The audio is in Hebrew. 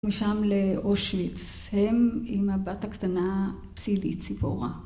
משם לאושוויץ הם עם הבת הקטנה צילית ציבורה